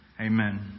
Amen